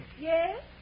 Yes